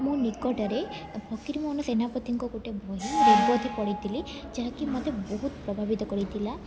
ମୁଁ ନିକଟରେ ଫକୀରମୋହନ ସେନାପତିଙ୍କ ଗୋଟେ ବହି ରେବତୀ ପଢ଼ିଥିଲି ଯାହାକି ମୋତେ ବହୁତ ପ୍ରଭାବିତ କରିଥିଲା